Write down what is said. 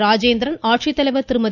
ராஜேந்திரன் ஆட்சித்தலைவர் திருமதி